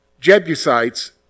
Jebusites